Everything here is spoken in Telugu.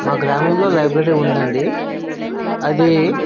మా గ్రామంలో లైబ్రరీ ఉందండి అది